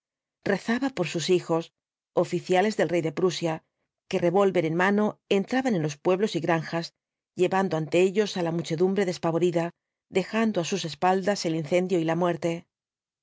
rezaba por sus hijos oficiales del rey de prusia que revólver en mano entraban en pueblos y granjas llevando ante ellos á la muchedumbre despavorida dejando á sus espaldas el incendio y la muerte